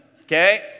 okay